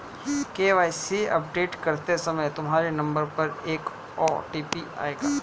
KYC update करते समय तुम्हारे नंबर पर एक ओ.टी.पी आएगा